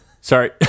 Sorry